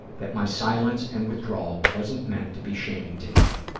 that my silence and withdrawal wasn't meant to be shaming to him.